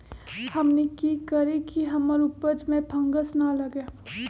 हमनी की करू की हमार उपज में फंगस ना लगे?